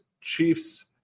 Chiefs